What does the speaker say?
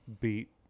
beat